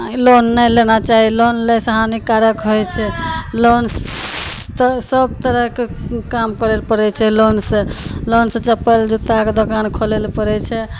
loan नै लेना चाही लोन लैसँ हानिकारक होइ छै लोन तऽ सब तरहके काम करय पड़य छै लोनसँ लोनसँ चप्पल जूताके दोकान खोलय लए पड़य छै